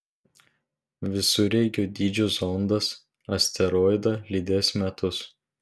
visureigio dydžio zondas asteroidą lydės metus